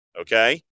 Okay